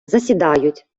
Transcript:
засідають